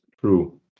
True